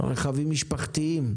רכבים משפחתיים,